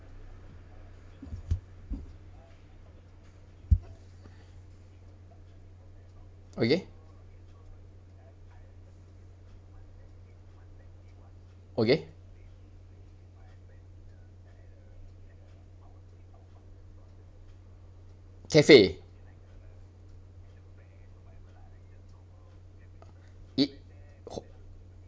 okay okay cafe it ho~